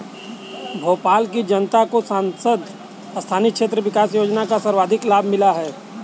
भोपाल की जनता को सांसद स्थानीय क्षेत्र विकास योजना का सर्वाधिक लाभ मिला है